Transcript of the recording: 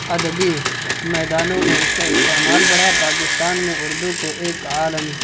ادبی میدانوں میں اس کا استعمال بڑھا پاکستان میں اردو کو ایک عالم